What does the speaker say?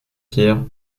pierre